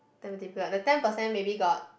ten fifteen like the ten percent maybe got